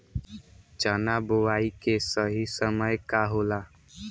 चना बुआई के सही समय का होला?